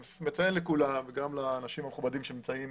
אני מציין לכולם, גם לאנשים המכובדים שנמצאים